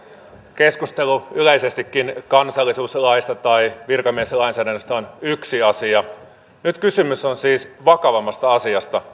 keskustelu yleisestikin kansallisuuslaista tai virkamieslainsäädännöstä on yksi asia nyt kysymys on siis vakavammasta asiasta